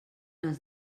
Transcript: les